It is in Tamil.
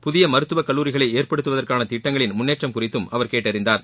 புதிய மருத்துவக்கல்லூரிகளை ஏற்படுத்துவதற்கான திட்டங்களின் முன்னேற்றம் குறித்தம் அவர் கேட்டறிந்தார்